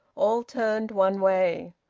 all turned one way,